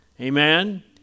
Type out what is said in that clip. Amen